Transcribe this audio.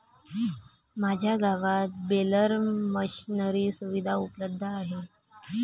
माझ्या गावात baler machinery सुविधा उपलब्ध आहे